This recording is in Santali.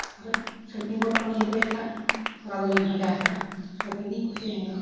ᱟᱨ ᱠᱷᱚᱱ ᱤᱭᱟᱹᱫᱚ ᱮᱴᱟᱜ ᱦᱚᱨᱟ ᱫᱚ ᱵᱟᱹᱧ ᱯᱟᱸᱡᱟᱣ ᱟᱠᱟᱫᱼᱟ ᱜᱮᱧ ᱠᱩᱥᱤᱭᱟᱜᱼᱟ ᱤᱧᱫᱚ